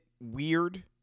weird